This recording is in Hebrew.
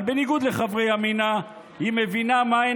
אבל בניגוד לחברי ימינה היא מבינה מהן